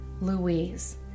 Louise